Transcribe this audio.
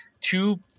two